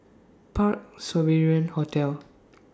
Parc Sovereign Hotel